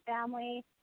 family